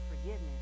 forgiveness